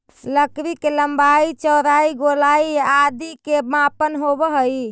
लकड़ी के लम्बाई, चौड़ाई, गोलाई आदि के मापन होवऽ हइ